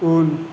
उन